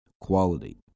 quality